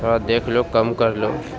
تھوڑا دیکھ لو کم کر لو